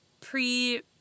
pre